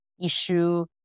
issue